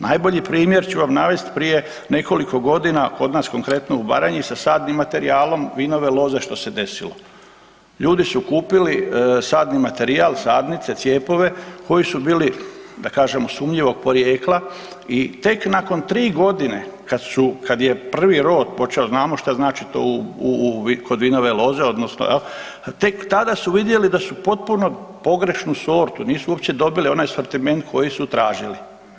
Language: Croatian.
Najbolji primjer ću vam navesti prije nekoliko godina kod nas korektno u Baranji sa sadnim materijalom vinove loze što se desilo, ljudi su kupili sadni materijal, sadnice, cijepove koji su bili da kažem sumnjivog porijekla i tek nakon tri godine kada je prvi rod, a znamo šta znači to kod vinove loze tek tada su vidjeli da su potpuno pogrešnu sortu nisu uopće dobili onaj sortiment koji su tražili.